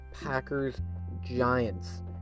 Packers-Giants